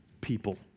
people